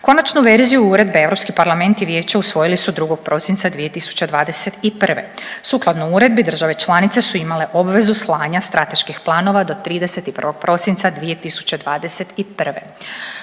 Konačnu verziju Uredbe Europski parlament i Vijeće usvojili su 2. prosinca 2021. Sukladno Uredbi države članice su imale obvezu slanja strateških planova do 31. prosinca 2021.